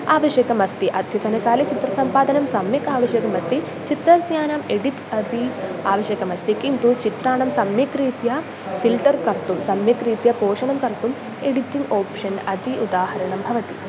आवश्यकमस्ति अद्यतनकाले चित्रसम्पादनं सम्यक् आवश्यकमस्ति चित्रस्य नाम एडिट् अपि आवश्यकमस्ति किन्तु चित्राणां सम्यक्रीत्या फ़िल्टर् कर्तुं सम्यक्रीत्या पोषणं कर्तुम् एडिटिङ्ग् ओप्शन् अति उदाहरणं भवति